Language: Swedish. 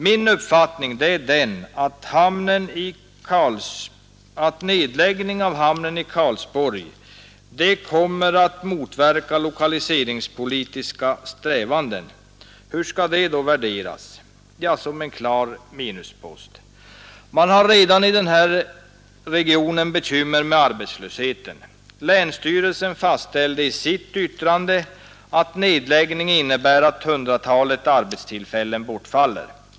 Min uppfattning är att nedläggning av hamnen i Karlsborg kommer att motverka de lokaliseringspolitiska strävandena. Hur skall det då värderas? Jo, som en klar minuspost. Man har redan i den här regionen bekymmer med arbetslösheten. Länsstyrelsen fastslog i sitt yttrande att nedläggning innebär att ett hundratal arbetstillfällen bortfaller.